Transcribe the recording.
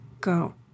go